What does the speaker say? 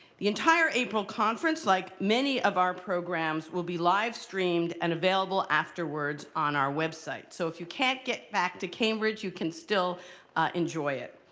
the entire april conference, like many of our programs, will be live streamed and available afterwards on our website. so if you can't get back to cambridge, you can still enjoy it.